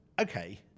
okay